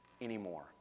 anymore